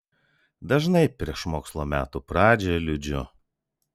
dažnai prieš mokslo metų pradžią liūdžiu